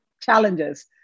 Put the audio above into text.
challenges